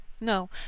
No